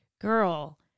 girl